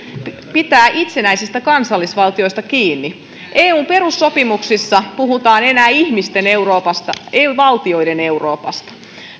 pitää itsenäisistä kansallisvaltioista kiinni eun perussopimuksissa puhutaan enää ihmisten euroopasta ei valtioiden euroopasta